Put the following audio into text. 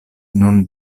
nun